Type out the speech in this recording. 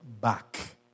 back